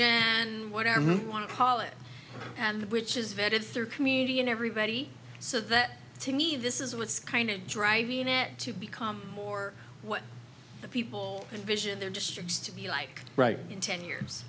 and what are who want to call it and which is vetted through community and everybody so that to me this is what's kind of driving it to become more what the people in vision their districts to be like right in ten years